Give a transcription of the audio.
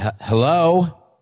Hello